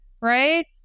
right